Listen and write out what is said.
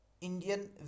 Indian